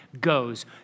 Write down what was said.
goes